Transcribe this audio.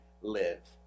live